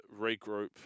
regroup